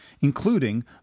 including